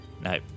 no